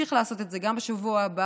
שנמשיך לעשות את זה גם בשבוע הבא,